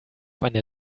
eine